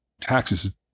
taxes